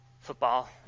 football